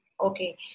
Okay